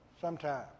sometime